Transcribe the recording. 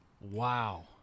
Wow